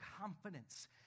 confidence